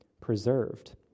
preserved